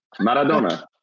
Maradona